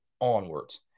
onwards